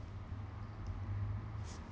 (Z>